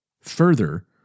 Further